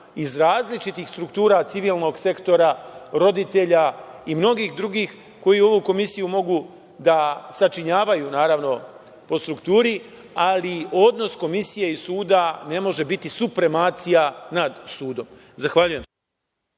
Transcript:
iz različitih struktura civilnog sektora roditelja i mnogih drugih koji ovu komisiju mogu da sačinjavaju, naravno, po strukturi, ali odnos komisije i suda ne može biti supremacija nad sudom. Zahvaljujem.